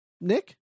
Nick